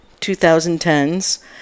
2010s